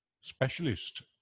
specialist